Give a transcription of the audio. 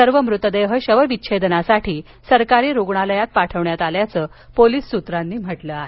सर्व मृतदेह शव विच्छेदनासाठी सरकारी रुग्णालयात पाठविण्यात आल्याचं पोलीस सूत्रांनी म्हटलं आहे